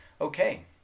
Okay